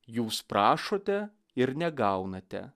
jūs prašote ir negaunate